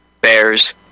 bears